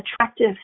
attractive